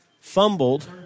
Fumbled